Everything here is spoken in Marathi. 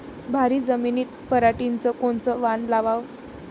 भारी जमिनीत पराटीचं कोनचं वान लावाव?